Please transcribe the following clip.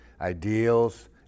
ideals